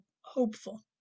hopeful